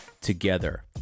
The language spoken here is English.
together